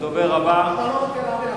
אתה לא רוצה להבין,